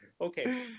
Okay